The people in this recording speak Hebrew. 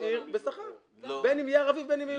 עיר בשכר בין אם יהיה ערבי ובין אם לא,